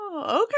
okay